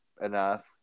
enough